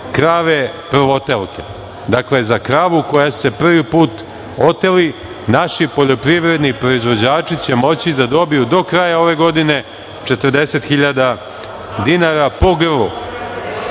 krave prvotelke. Dakle, za kravu koja se prvi put oteli naši poljoprivredni proizvođači će moći da dobiju do kraja ove godine 40.000 dinara po